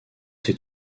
ces